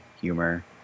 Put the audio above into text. humor